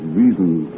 reasons